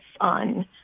on